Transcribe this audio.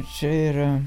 čia yra